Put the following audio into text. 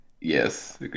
Yes